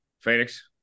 Phoenix